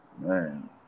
Man